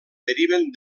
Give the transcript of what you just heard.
deriven